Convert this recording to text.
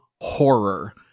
horror